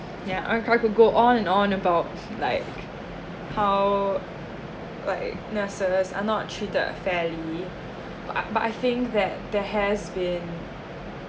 ya I could go on and on about like how like nurses are not treated fairly(uh) but but I think that there has been